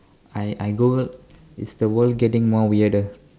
I I googled is the world getting more weirder